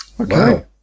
Okay